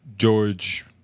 George